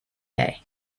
day